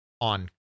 on